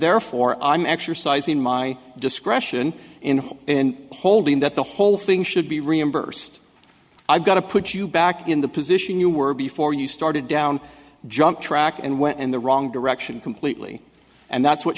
therefore i'm exercising my discretion in holding that the whole thing should be reimbursed i've got to put you back in the position you were before you started down jumped track and went in the wrong direction completely and that's what